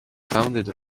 founded